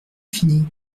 fini